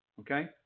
okay